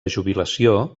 jubilació